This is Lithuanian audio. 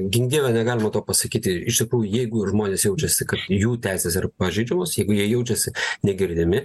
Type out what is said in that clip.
gink dieve negalima to pasakyti iš tikrųjų jeigu žmonės jaučiasi kad jų teisės yra pažeidžiamos jeigu jie jaučiasi negirdimi